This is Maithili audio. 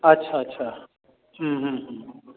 अच्छा अच्छा हूँ हूँ हूँ हूँ